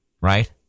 right